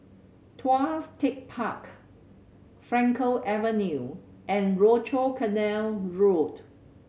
Tuas Tech Park Frankel Avenue and Rochor Canal Road